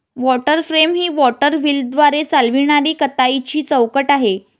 water frame ही water व्हीलद्वारे चालविणारी कताईची चौकट आहे